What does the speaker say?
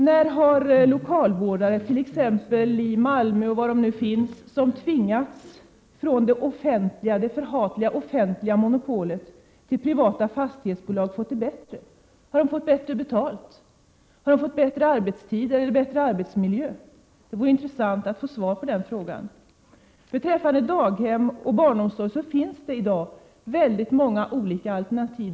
När har lokalvårdare t.ex. i Malmö som tvingats från det förhatliga offentliga monopolet till privata fastighetsbolag fått det bättre? Har de fått bättre betalt, bättre arbetstider eller bättre arbetsmiljö? Det vore intressant att få svar på dessa frågor. Beträffande daghem och barnomsorg finns det i dag många olika alternativ.